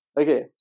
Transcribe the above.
Okay